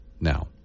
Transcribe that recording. now